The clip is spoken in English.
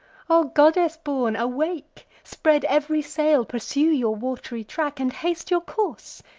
o goddess-born, awake! spread ev'ry sail, pursue your wat'ry track, and haste your course.